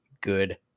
good